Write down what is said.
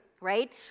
right